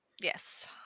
yes